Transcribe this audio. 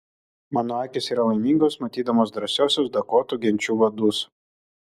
mano akys yra laimingos matydamos drąsiuosius dakotų genčių vadus